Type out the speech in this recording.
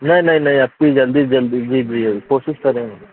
نہیں نہیں نہیں اب کے جلدی سے جلدی جی جی کوشش کریں گے